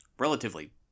relatively